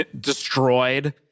destroyed